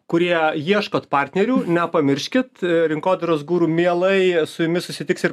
kurie ieškot partnerių nepamirškit rinkodaros guru mielai su jumis susitiks ir